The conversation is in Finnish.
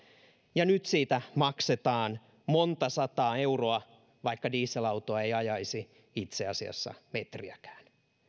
ja nyt maksetaan montasataa euroa vaikka dieselautoa ei ajaisi itse asiassa metriäkään